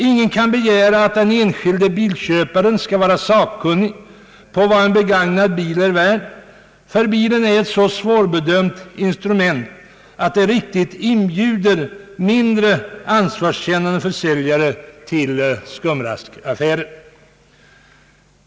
Ingen kan begära att den enskilde bilköparen skall vara sakkunnig när det gäller värdet på en begagnad bil, ty bilen är ett så svårbedömt instrument att den riktigt inbjuder mindre ansvarskännande försäljare till skumraskaffärer.